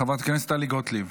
חברת הכנסת טלי גוטליב.